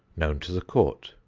known to the court,